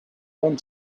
want